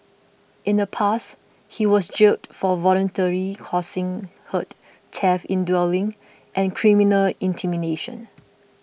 in the past he was jailed for voluntarily causing hurt theft in dwelling and criminal intimidation